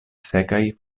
sekaj